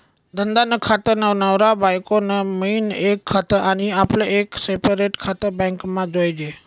धंदा नं खातं, नवरा बायको नं मियीन एक खातं आनी आपलं एक सेपरेट खातं बॅकमा जोयजे